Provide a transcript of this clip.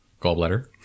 gallbladder